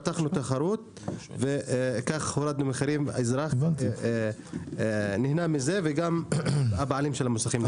פתחנו תחרות וכך הורדנו מחירים והאזרח נהנה מזה וגם הבעלים של המוסכים.